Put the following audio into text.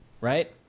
Right